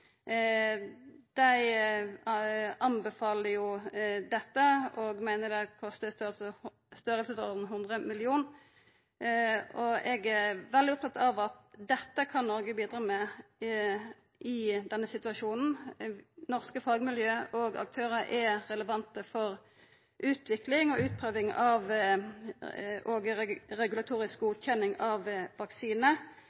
Dei anbefaler dette og meiner at det vil kosta om lag 100 mill. kr. Eg er veldig opptatt av at dette kan Noreg bidra med i denne situasjonen. Norske fagmiljø og aktørar er relevante for utvikling, utprøving og regulatorisk godkjenning av